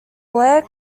blair